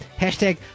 Hashtag